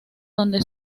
donde